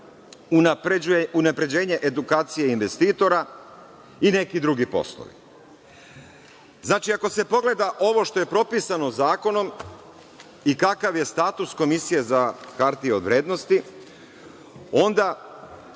unapređenje edukacije investitora i neki drugi poslovi. Znači, ako se pogleda ovo što je propisano zakonom i kakav je status Komisije za hartije od vrednosti, onda